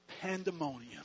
pandemonium